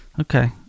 okay